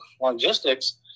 logistics